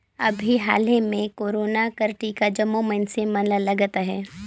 अभीं हाले में कोरोना कर टीका जम्मो मइनसे मन ल लगत अहे